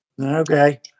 Okay